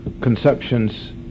Conceptions